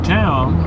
town